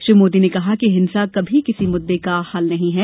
श्री मोदी ने कहा कि हिंसा कभी किसी मुद्दे का हल नहीं है